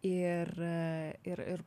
ir ir ir